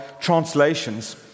translations